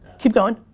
keep going.